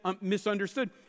misunderstood